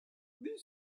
the